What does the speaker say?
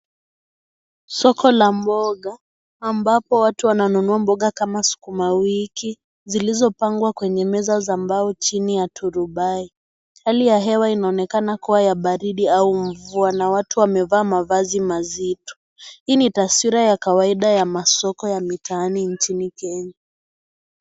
Soko la mboga ambapo watu wananunua mboga kama sukuma wiki zilizopangwa kwenye meza za mbao chini ya turubai . Hali ya hewa inaonekana kuwa ya baridi au mvua watu wamevaa mavazi mazito. Hii ni taswira ya kawaida ya masoko ya mitaani nchini Kenya.